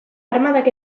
armadak